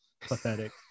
Pathetic